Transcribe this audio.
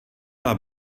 měla